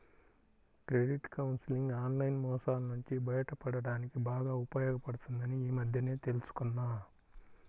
credit counselling online మోసాల నుంచి బయటపడడానికి బాగా ఉపయోగపడుతుందని ఈ మధ్యనే తెల్సుకున్నా